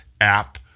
app